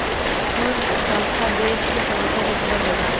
कुल संस्था देस के समस्या से जुड़ल होला